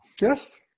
Yes